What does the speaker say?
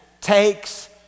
takes